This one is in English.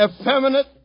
effeminate